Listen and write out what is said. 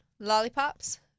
Lollipops